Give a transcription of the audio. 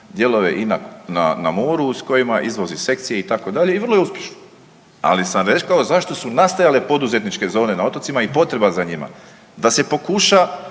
dijelove i na, na moru s kojima izvozi sekcije itd. i vrlo je uspješno. Ali sam rekao zašto su nastajale poduzetničke zone na otocima i potreba za njima, da se pokuša